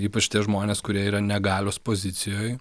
ypač tie žmonės kurie yra ne galios pozicijoj